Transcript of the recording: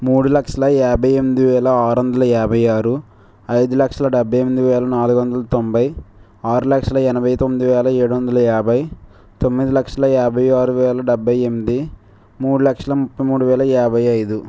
మూడు లక్షల యాభై ఎమ్మిది వేల ఆరు వందల యాభై ఆరు ఐదు లక్షల డెబ్భై ఎనిమిది వేల నాలుగు వందల తొంభై ఆరు లక్షల ఎనభై తొమ్మిది వేల ఏడు వందల యాభై తొమ్మిది లక్షల యాభై ఆరు వేల డెబ్భై ఎనిమిది మూడు లక్షల ముప్పై మూడు వేల యాభై ఐదు